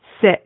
sit